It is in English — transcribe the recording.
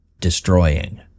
destroying